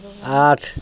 আঠ